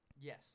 Yes